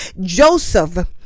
joseph